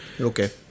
okay